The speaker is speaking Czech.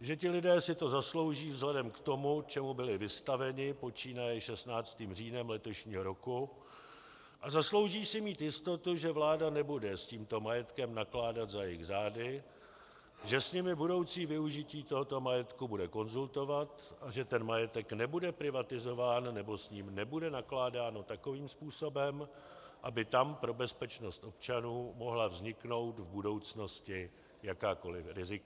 že ti lidé si to zaslouží vzhledem k tomu, čemu byli vystaveni, počínaje 16. říjnem letošního roku, a zaslouží si mít jistotu, že vláda nebude s tímto majetkem nakládat za jejich zády, že s nimi budoucí využití tohoto majetku bude konzultovat a že ten majetek nebude privatizován nebo s ním nebude nakládáno takovým způsobem, aby tam pro bezpečnost občanů mohla vzniknout v budoucnosti jakákoliv rizika.